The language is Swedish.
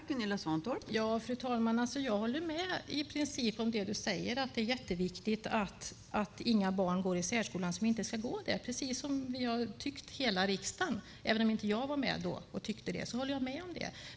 Fru talman! Jag håller i princip med om det som utbildningsministern säger, att det är jätteviktigt att inga barn går i särskolan som inte ska gå där. Så tyckte hela riksdagen, och även om jag inte var med då håller jag med om det.